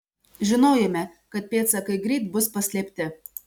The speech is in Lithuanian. žinojome kad pėdsakai greit bus paslėpti